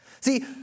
See